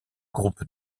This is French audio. groupe